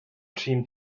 teamed